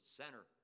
center